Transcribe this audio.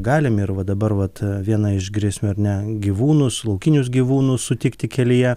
galim ir va dabar vat viena iš grėsmių ar ne gyvūnus laukinius gyvūnus sutikti kelyje